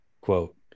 quote